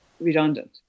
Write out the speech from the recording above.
redundant